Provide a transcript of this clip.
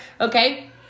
okay